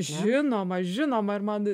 žinoma žinoma ir man